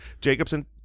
Jacobson